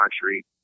country